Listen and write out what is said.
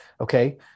Okay